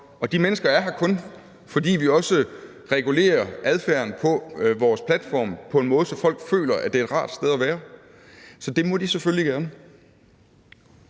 Og de mennesker er her kun, fordi vi også regulerer adfærden på vores platforme på en måde, så folk føler, at det er et rart sted at være. Så det må de selvfølgelig gerne.